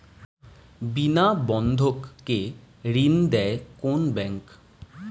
বিনা বন্ধক কে ঋণ দেয় কোন ব্যাংক?